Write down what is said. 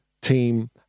team